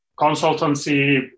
Consultancy